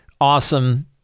awesome